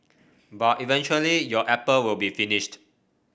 but eventually your apple will be finished